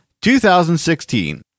2016